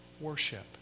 Worship